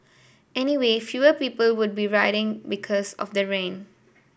anyway fewer people would be riding because of the rain